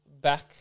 back